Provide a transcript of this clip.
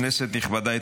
כנסת נכבדה,